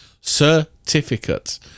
certificate